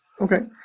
Okay